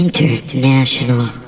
International